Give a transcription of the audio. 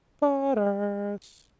Butters